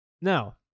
Now